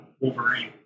Wolverine